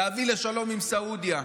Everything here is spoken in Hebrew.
להביא לשלום עם סעודיה.